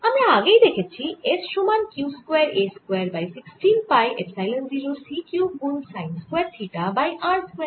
আমরা আগেই দেখেছি S সমান q square a square by 16 pi epsilon 0 c cube গুন sine square theta by r square